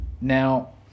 Now